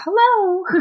hello